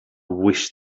wish